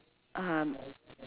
uh